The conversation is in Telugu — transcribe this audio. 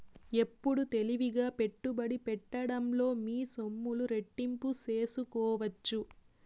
ఎప్పుడు తెలివిగా పెట్టుబడి పెట్టడంలో మీ సొమ్ములు రెట్టింపు సేసుకోవచ్చు